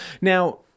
Now